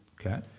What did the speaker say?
Okay